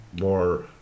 more